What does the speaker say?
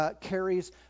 carries